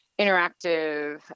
interactive